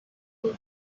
این